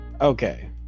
Okay